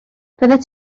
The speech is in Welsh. fyddet